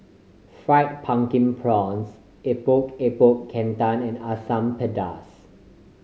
Fried Pumpkin Prawns Epok Epok Kentang and Asam Pedas